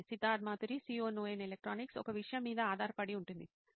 Siddharth Maturi CEO నోయిన్ electronics ఒక విషయం మీద ఆధారపడి ఉంటుంది